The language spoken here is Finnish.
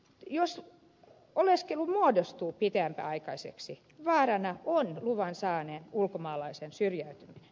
jos oleskelu muodostuu pitempiaikaiseksi vaarana on luvan saaneen ulkomaalaisen syrjäytyminen